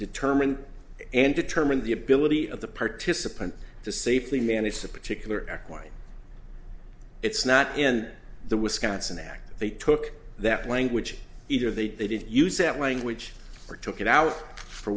determined and determined the ability of the participant to safely manage the particular act like it's not in the wisconsin act they took that language either they didn't use that language or took it out for